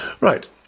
Right